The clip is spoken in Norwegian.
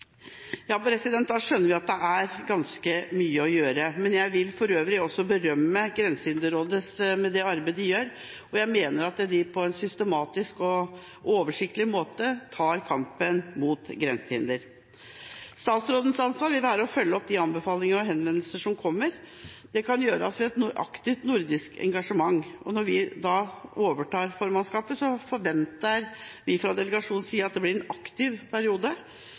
Ja, da skjønner vi at det er ganske mye å gjøre. Jeg vil for øvrig også berømme Grensehinderrådet for det arbeidet de gjør, og jeg mener at de på en systematisk og oversiktlig måte tar kampen mot grensehinder. Statsrådens ansvar vil være å følge opp de anbefalinger og henvendelser som kommer. Det kan gjøres ved et aktivt nordisk engasjement. Når vi overtar formannskapet, forventer vi fra delegasjonens side at det blir en aktiv periode.